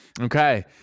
Okay